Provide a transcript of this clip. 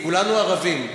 כולנו ערבים.